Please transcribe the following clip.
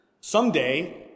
Someday